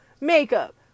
makeup